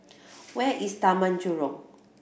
where is Taman Jurong